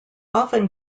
often